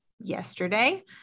yesterday